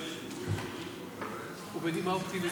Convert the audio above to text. אדוני.